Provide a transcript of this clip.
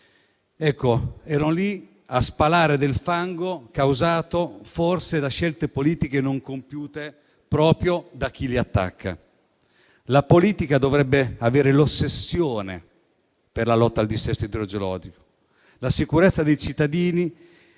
sogni, erano lì a spalare del fango causato forse da scelte politiche non compiute proprio da chi li attacca. La politica dovrebbe avere l'ossessione per la lotta al dissesto idrogeologico, per la sicurezza dei cittadini